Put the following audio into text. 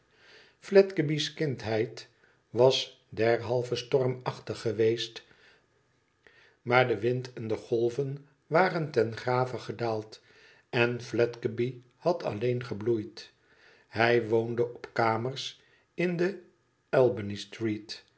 fiedgeby's kindsheid was derhalve stormachtig geweest maar de wind en de golven waren ten grave gedaald en fledgeby had alleen gebloeid hij woonde op kamers in de